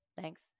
Thanks